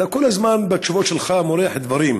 אתה כל הזמן בתשובות שלך מורח דברים.